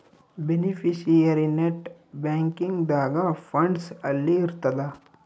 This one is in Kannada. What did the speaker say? ಬೆನಿಫಿಶಿಯರಿ ನೆಟ್ ಬ್ಯಾಂಕಿಂಗ್ ದಾಗ ಫಂಡ್ಸ್ ಅಲ್ಲಿ ಇರ್ತದ